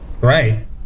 Right